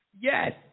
Yes